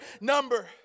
number